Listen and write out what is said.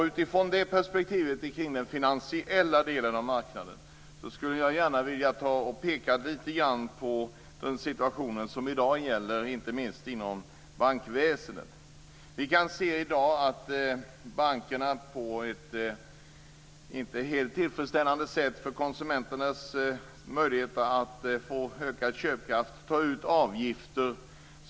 Vad gäller den finansiella delen av marknaden vill jag peka på dagens situation inom bankväsendet. Bankerna tar i dag ut mycket höga avgifter, som inte är befordrande för konsumenternas möjligheter till ökad köpkraft.